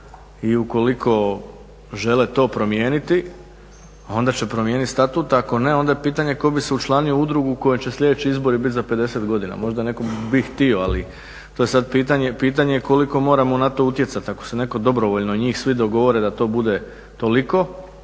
i ukoliko žele to promijeniti, onda će promijeniti statut. A ako ne onda je pitanje tko bi se učlanio u udrugu u kojoj će sljedeći izbori biti za 50 godina. Možda netko bi htio, ali to je sad pitanje koliko moramo na to utjecati. Ako se netko dobrovoljno i njih svi dogovore da to bude toliko,